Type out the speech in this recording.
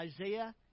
Isaiah